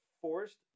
forced